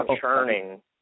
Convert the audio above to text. churning